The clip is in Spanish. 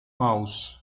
mouse